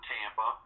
Tampa